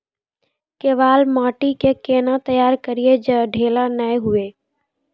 केवाल माटी के कैना तैयारी करिए जे ढेला नैय हुए?